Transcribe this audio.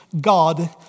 God